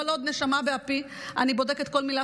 כל עוד נשמה באפי אני בודקת כל מילה